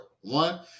One